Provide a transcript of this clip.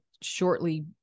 shortly